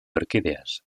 orquídeas